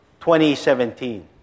2017